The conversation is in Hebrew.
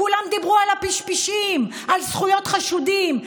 כולם דיברו על הפשפשים, על זכויות חשודים.